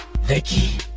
Vicky